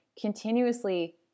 continuously